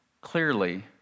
clearly